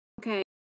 Okay